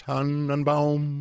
Tannenbaum